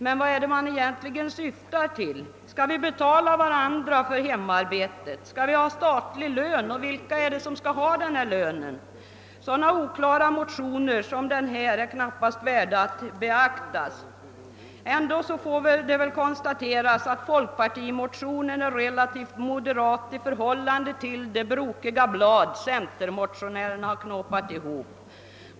Vart syftar man egentligen? Skall vi betala varandra för hemarbetet? Skall vi ha statligt lön och vilka skall i så fall ha denna lön? Så oklara motioner som denna är knappast värda att beaktas. ändock får det väl konstateras att folkpartimotionen är relativt moderat i förhållande till det brokiga blad som centermotionärerna knåpat ihop.